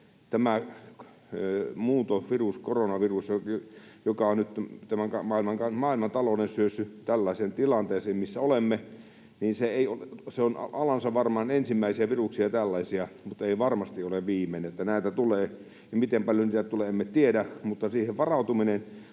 koronavirus, joka on nyt maailmantalouden syössyt tällaiseen tilanteeseen, missä olemme, on varmaan alansa ensimmäisiä tällaisia viruksia mutta ei varmasti ole viimeinen. Näitä tulee, ja miten paljon niitä tulee, sitä emme tiedä, mutta siihen varautuminen